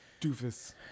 doofus